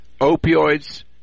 opioids